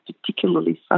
particularly